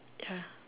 ya